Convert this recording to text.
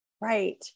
Right